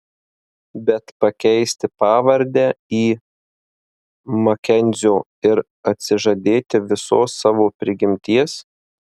bet pakeisti pavardę į makenzio ir atsižadėti visos savo prigimties